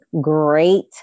great